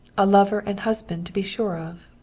a lover and husband to be sure of.